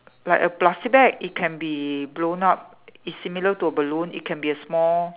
like a plastic bag it can been blown up is similar to a balloon it can be a small